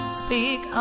speak